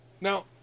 now